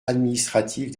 administrative